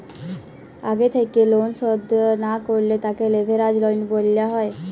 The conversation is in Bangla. আগে থেক্যে লন শধ না করলে তাকে লেভেরাজ লন বলা হ্যয়